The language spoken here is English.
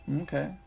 Okay